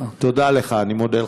תודה לך, אני מודה לך.